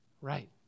Right